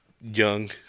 young